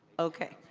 okay.